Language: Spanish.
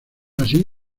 así